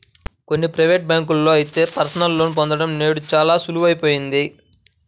కొన్ని ప్రైవేటు బ్యాంకుల్లో అయితే పర్సనల్ లోన్ పొందడం నేడు చాలా సులువయిపోయింది